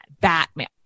Batman